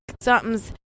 something's